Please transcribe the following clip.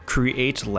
Create